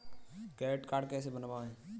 Credit card कैसे बनवाएँ?